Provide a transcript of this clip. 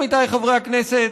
עמיתיי חברי הכנסת,